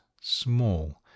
small